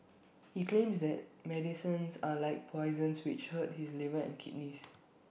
he claims that medicines are like poisons which hurt his liver and kidneys